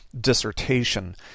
dissertation